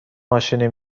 ماشینی